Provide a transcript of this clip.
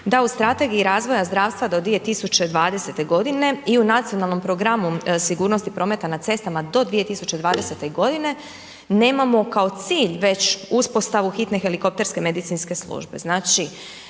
da u Strategiji razvoja zdravstva do 2020. godine i u Nacionalnom programu sigurnosti prometa na cestama do 2020. godine nemamo kao cilj već uspostavu hitne helikopterske medicinske službe.